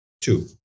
two